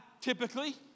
typically